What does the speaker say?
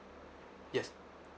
yes